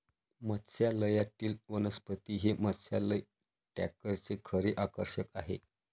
मत्स्यालयातील वनस्पती हे मत्स्यालय टँकचे खरे आकर्षण आहे